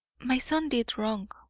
my son did wrong,